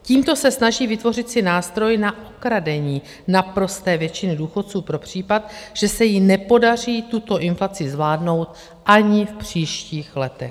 Tímto se snaží vytvořit si nástroj na okradení naprosté většiny důchodců pro případ, že se jí nepodaří tuto inflaci zvládnout ani v příštích letech.